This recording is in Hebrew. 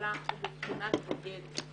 לממשלה הוא בבחינת בוגד,